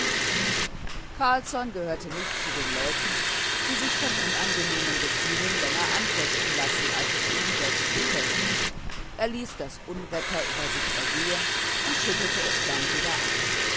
carlsson gehörte nicht zu den leuten die sich von unangenehmen gefühlen länger anfechten lassen als es ihnen selbst gefällt er ließ das unwetter über sich ergehen und schüttelte es dann wieder ab